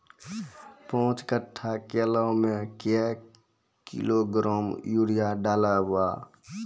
पाँच कट्ठा केला मे क्या किलोग्राम यूरिया डलवा?